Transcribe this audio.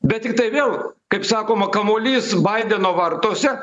bet tiktai vėl kaip sakoma kamuolys baideno vartuose